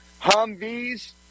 Humvees